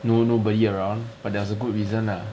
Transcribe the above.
no~ nobody around but there was a good reason lah